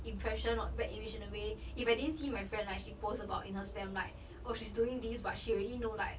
impression or bad image in a way if I didn't see my friend like she posts about in her spam like oh she's doing this but she already know like